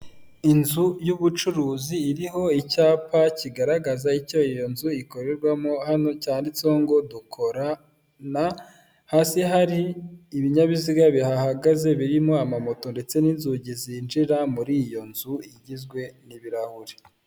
Inzu y'ubucuruzi iriho icyapa kigaragaza icyo iyo nzu ikorerwamo hano cyanditseho ngo dukorana hasi hari ibinyabiziga bihagaze birimo amapikipiki ndetse n'inzugi zinjira muri iyo nzu igizwe n'ibirahuri .